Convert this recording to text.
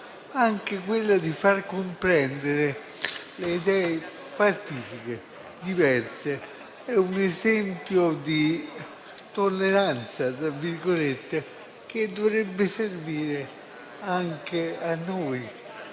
anche quella di far comprendere le idee partitiche diverse. È un esempio di "tolleranza", che dovrebbe servire anche a noi,